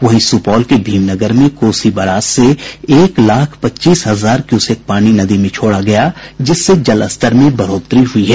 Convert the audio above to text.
वहीं सुपौल के भीमनगर में कोसी बराज से एक लाख पच्चीस हजार क्यूसेक पानी नदी में छोड़ा गया जिससे जलस्तर में बढ़ोतरी हुई है